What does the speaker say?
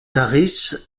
catch